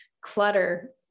Clutter